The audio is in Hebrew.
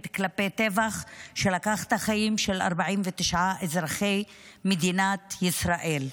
כלפי טבח שלקח את החיים של 49 אזרחי מדינת ישראל.